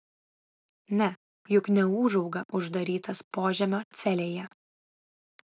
ne juk neūžauga uždarytas požemio celėje